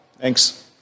Thanks